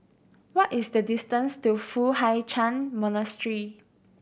what is the distance to Foo Hai Ch'an Monastery